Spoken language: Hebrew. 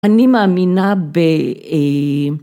‫אני מאמינה ב...